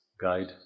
Guide